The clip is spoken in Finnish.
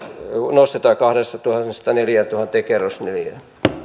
nostetaan kahdestatuhannesta neljääntuhanteen kerrosneliöön